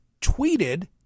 tweeted